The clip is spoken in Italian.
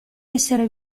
essere